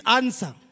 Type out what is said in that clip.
answer